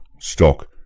stock